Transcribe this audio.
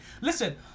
Listen